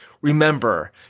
Remember